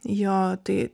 jo tai